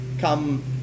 come